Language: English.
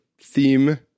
theme